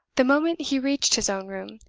the moment he reached his own room,